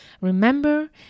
remember